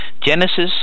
Genesis